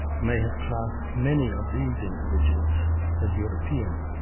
may have classed many of these individuals as european.